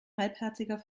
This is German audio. halbherziger